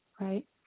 right